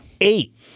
eight